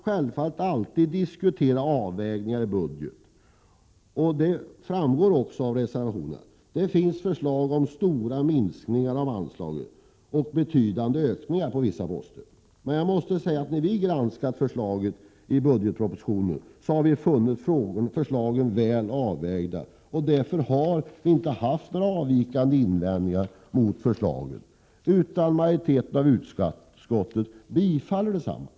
Självfallet kan man alltid diskutera avvägningar i budgeten — det framgår också av reservationerna. Det finns förslag om stora minskningar av anslagen och likaså betydande ökningar på vissa poster. Jag måste säga att när vi har granskat förslagen i budgetpropositionen har vi funnit dem väl avvägda, och därför har vi inte haft några betydande invändningar mot förslagen, utan majoriteten i utskottet tillstyrker desamma.